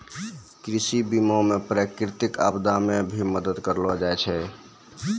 कृषि बीमा मे प्रकृतिक आपदा मे भी मदद करलो जाय छै